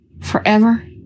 forever